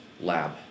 lab